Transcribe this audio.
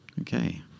Okay